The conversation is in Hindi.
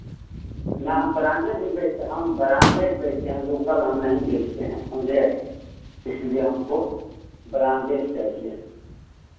ना हम ब्रांडेड ही बेचें हम ब्रांडेड बेचे हैं लोकल हम नहीं बेचते हैं समझे इसलिए हमको ब्रांडेड चाहिए